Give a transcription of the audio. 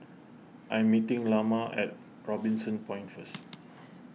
I'm meeting Lamar at Robinson Point first